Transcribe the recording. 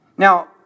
Now